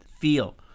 feel